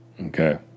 Okay